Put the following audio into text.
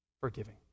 forgiving